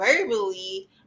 verbally